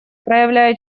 проявляя